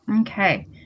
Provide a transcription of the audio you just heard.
Okay